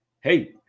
hey